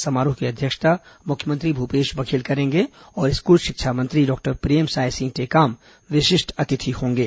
समारोह की अध्यक्षता मुख्यमंत्री भूपेश बघेल करेंगे और स्कूल शिक्षा मंत्री डॉक्टर प्रेमसाय सिंह टेकाम विशिष्ट अतिथि होंगे